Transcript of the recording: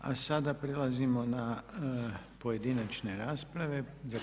A sada prelazimo na pojedinačne rasprave.